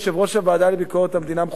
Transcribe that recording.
יושב-ראש הוועדה לביקורת המדינה,